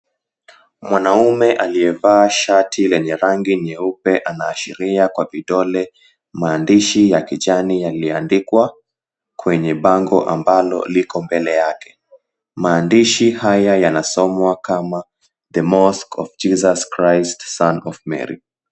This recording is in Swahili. Mwanaume aliyevaa shati la rangi nyeupe anaashiria kwa vidole maandishi ya kijani yaliyoandikwa kwenye bango ambalo liko mbele yake maandishi haya yanasomwa kama, The mosque of Jesus Christ son of Mary.